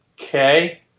okay